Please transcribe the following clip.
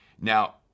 Now